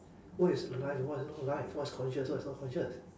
what is life and what is not life what's conscious what's not conscious